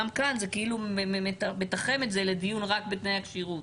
גם כאן זה מתחם את זה רק לדיון בתנאי הכשירות.